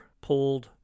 pulled